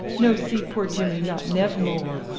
no see poor jimmy not nev more.